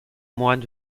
moine